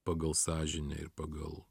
pagal sąžinę ir pagal